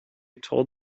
told